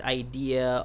idea